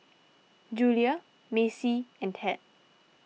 Julia Maci and Ted